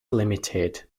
limited